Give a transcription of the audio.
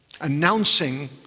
announcing